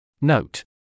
Note